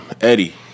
Eddie